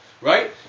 Right